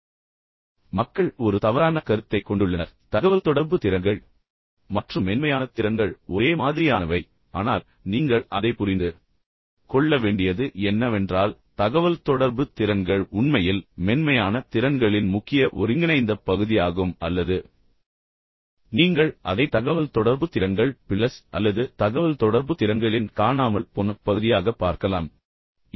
உண்மையில் மக்கள் ஒரு தவறான கருத்தைக் கொண்டுள்ளனர் அந்த தகவல்தொடர்பு திறன்கள் மற்றும் மென்மையான திறன்கள் ஒரே மாதிரியானவை ஆனால் நீங்கள் அதை புரிந்து கொள்ள வேண்டியது என்னவென்றால் தகவல்தொடர்பு திறன்கள் உண்மையில் மென்மையான திறன்களின் முக்கிய ஒருங்கிணைந்த பகுதியாகும் அல்லது நீங்கள் அதை தகவல்தொடர்பு திறன்கள் பிளஸ் அல்லது தகவல்தொடர்பு திறன்களின் காணாமல் போன பகுதியாகப் பார்க்கலாம் இதை பொதுவாக நாம் கவனிப்பதில்லை